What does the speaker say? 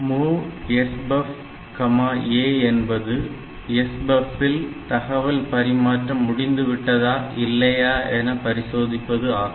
MOV SBUFFA என்பது SBUFF இல் தகவல் பரிமாற்றம் முடிந்துவிட்டதா இல்லையா என பரிசோதிப்பது ஆகும்